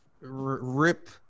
rip